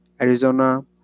Arizona